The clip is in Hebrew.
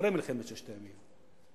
אחרי מלחמת ששת הימים,